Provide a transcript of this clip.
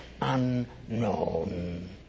unknown